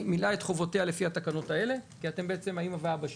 מילאה את חובותיה לפי התקנות האלה כי אתם בעצם האמא והאבא שלו.